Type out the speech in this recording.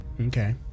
okay